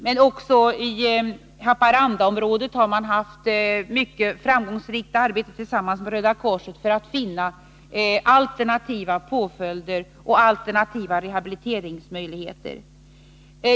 Även i Haparandaområdet har man bedrivit ett mycket framgångsrikt arbete tillsammans med Röda Korset för att finna alternativa påföljder och alternativa rehabiliteringsmöjligheter.